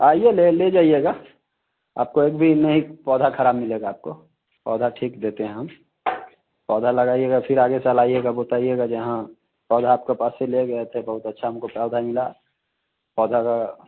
आइए ले ले जाइएगा आपको एक भी नहीं पौधा खराब मिलेगा आपको पौधा ठीक देते हैं हम पौधा लगाइएगा फिर आगे साल आइएगा बताइएगा जो हाँ पौधा आपके पास से ले गए थे बहुत अच्छा हमको पौधा मिला पौधा का